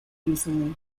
easily